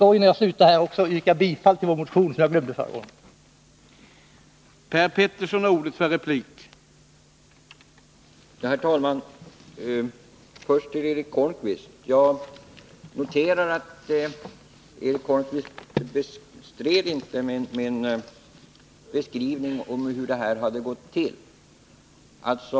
Innan jag slutar vill jag yrka bifall till vår motion 9, något som jag glömde att göra i mitt första inlägg.